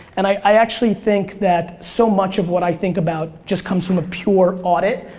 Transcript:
and i actually think that so much of what i think about just comes from a pure audit.